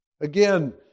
Again